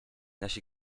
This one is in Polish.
nasi